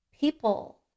people